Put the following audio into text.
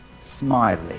smiley